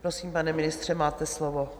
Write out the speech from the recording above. Prosím, pane ministře, máte slovo.